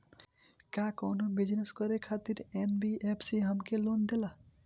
का कौनो बिजनस करे खातिर एन.बी.एफ.सी हमके लोन देला?